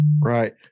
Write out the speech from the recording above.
Right